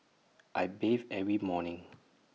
I bathe every morning